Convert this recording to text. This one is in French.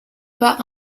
pas